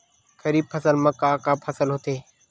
खरीफ फसल मा का का फसल होथे?